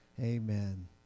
Amen